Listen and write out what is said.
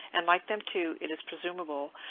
and like them too, it is presumable,